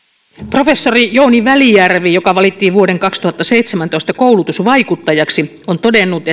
professori jouni välijärvi joka valittiin vuoden kaksituhattaseitsemäntoista koulutusvaikuttajaksi on todennut